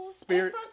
Spirit